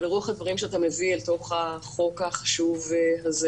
ולרוח הדברים שאתה מביא אל תוך החוק החשוב הזה.